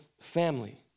family